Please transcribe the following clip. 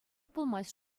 пулмасть